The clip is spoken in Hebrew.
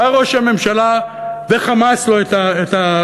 בא ראש הממשלה וחמס לו את הכיוונים.